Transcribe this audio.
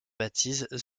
baptise